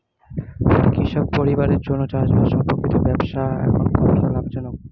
একটি কৃষক পরিবারের জন্য চাষবাষ সম্পর্কিত ব্যবসা এখন কতটা লাভজনক?